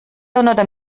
oder